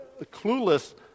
clueless